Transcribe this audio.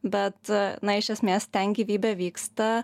bet na iš esmės ten gyvybė vyksta